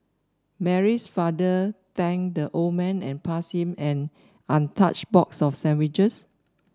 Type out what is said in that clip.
Mary's father thanked the old man and passed him an untouched box of sandwiches